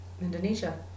Indonesia